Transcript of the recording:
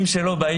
מלחמה בחיים שלו.